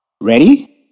Ready